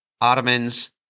Ottomans